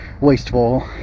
wasteful